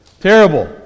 Terrible